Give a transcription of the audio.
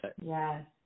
Yes